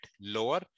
lower